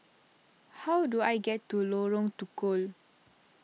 how do I get to Lorong Tukol